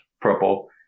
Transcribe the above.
purple